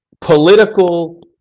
political